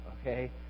okay